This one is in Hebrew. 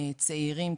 צעירים,